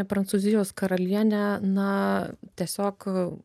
prancūzijos karaliene na tiesiog